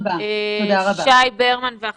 שי ברמן, בבקשה.